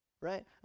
right